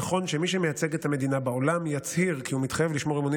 נכון שמי שמייצג את המדינה בעולם יצהיר כי הוא מתחייב לשמור אמונים